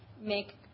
make